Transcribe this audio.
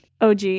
OG